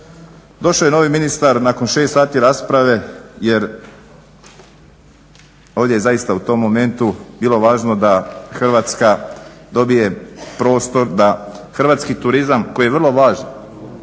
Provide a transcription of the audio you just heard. Došao je novi ministar nakon 6 sati rasprave jer je ovdje zaista u tom momentu bilo važno da Hrvatska dobije prostor da hrvatski turizam koji je vrlo važan